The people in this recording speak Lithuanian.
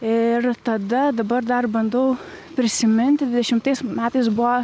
ir tada dabar dar bandau prisiminti dvidešimtais metais buvo